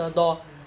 mm